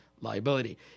liability